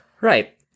Right